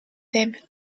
them